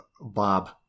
Bob